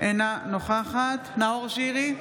אינה נוכחת נאור שירי,